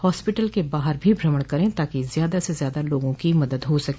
hospital के बाहर भी भ्रमण करे ताकि ज्यादा से ज्यादा लोगों की मदद हो सके